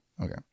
Okay